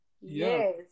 yes